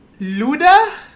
Luda